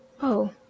Oh